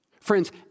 Friends